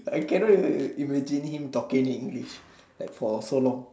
I cannot even imagine him talking in English like for so long